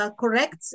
correct